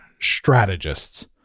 strategists